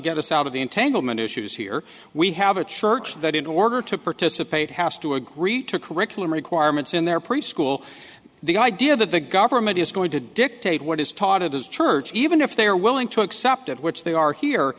get us out of the entanglement issues here we have a church that in order to participate has to agree to curriculum requirements in their preschool the idea that the government is going to dictate what is taught at his church even if they are willing to accept it which they are here